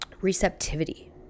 receptivity